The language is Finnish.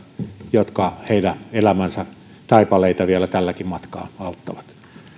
jotka heidän elämänsä taipaleita vielä tälläkin matkaa auttavat